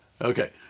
Okay